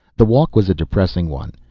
the walk was a depressing one.